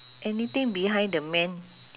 anything behind the man